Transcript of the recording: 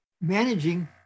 managing